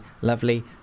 lovely